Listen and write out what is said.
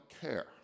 care